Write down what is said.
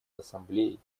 ассамблеей